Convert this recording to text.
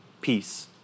peace